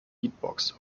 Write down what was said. beatbox